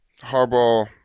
Harbaugh